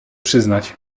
przyznać